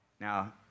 Now